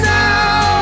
now